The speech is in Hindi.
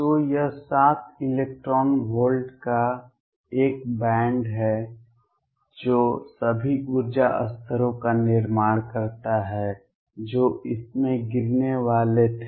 तो यह सात इलेक्ट्रॉन वोल्ट का एक बैंड है जो सभी ऊर्जा स्तरों का निर्माण करता है जो इसमें गिरने वाले थे